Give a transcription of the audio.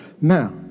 now